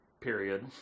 period